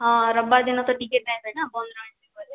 ହଁ ରବିବାର୍ ଦିନ ତ ଟିକେଟ୍ ନାଇହୁଏ ନା ବନ୍ଦ୍ ରହେସି ପରେ